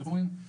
איך אומרים,